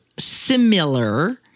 Similar